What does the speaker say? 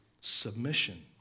submission